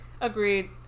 Agreed